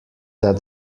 that